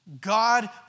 God